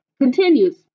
Continues